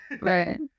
Right